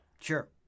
Sure